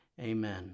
Amen